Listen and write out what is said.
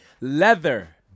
leather